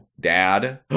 dad